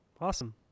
awesome